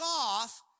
off